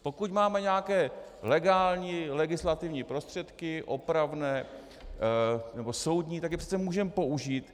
Pokud máme nějaké legální legislativní prostředky opravné nebo soudní, tak je přece můžeme použít.